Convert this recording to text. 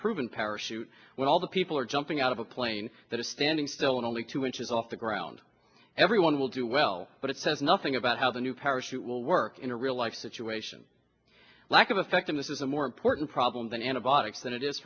proven parachute when all the people are jumping out of a plane that is standing still and only two inches off the ground everyone will do well but it says nothing about how the new parachute will work in a real life situation lack of effectiveness is a more important problem than antibiotics than it is